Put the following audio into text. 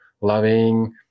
loving